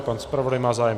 Pan zpravodaj má zájem.